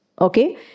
Okay